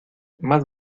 más